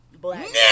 black